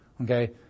okay